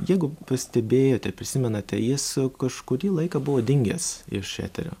jeigu pastebėjote prisimenate jis kažkurį laiką buvo dingęs iš eterio